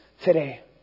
today